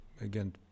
again